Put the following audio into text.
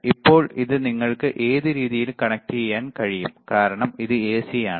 ഇപ്പോൾ ഇത് നിങ്ങൾക്ക് ഏത് രീതിയിലും കണക്റ്റുചെയ്യാൻ കഴിയും കാരണം ഇത് എസി ആണ്